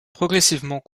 progressivement